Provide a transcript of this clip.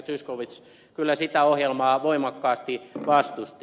zyskowicz kyllä sitä ohjelmaa voimakkaasti vastusti